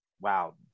wow